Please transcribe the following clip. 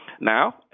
now